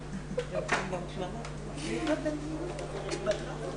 תודה רבה על קיום הישיבה ועל האפשרות לדבר,